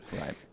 Right